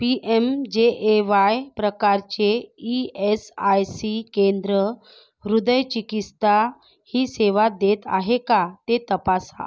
P M J A Y प्रकारचे E S I C केंद्र हृदयचिकित्सा ही सेवा देत आहे का ते तपासा